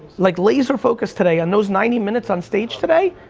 like laser focused today, and those ninety minutes on stage today,